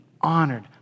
honored